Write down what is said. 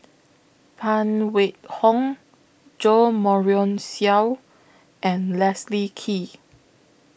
Phan Wait Hong Jo Marion Seow and Leslie Kee